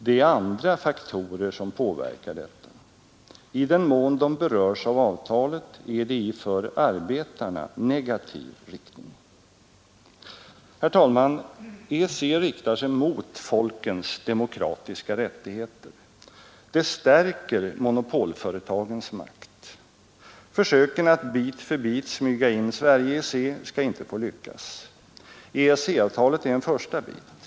Det är andra faktorer som påverkar detta. I den mån de berörs av avtalet är det i för arbetarna negativ riktning. Herr talman! EEC riktar sig mot folkens demokratiska rättigheter. Det stärker monopolföretagens makt. Försöken att bit för bit smyga in Sverige i EEC skall inte få lyckas. EEC-avtalet är en första bit.